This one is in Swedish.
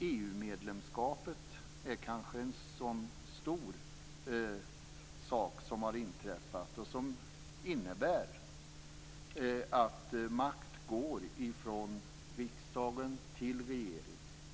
EU-medlemskapet är väl en sådan stor sak som har inträffat och som innebär att makt går från riksdagen till regeringen.